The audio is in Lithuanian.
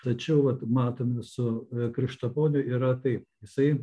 tačiau vat matome su krištaponio yra tai jisai